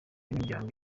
imiryango